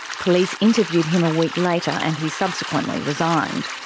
police interviewed him a week later and he subsequently resigned.